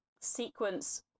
sequence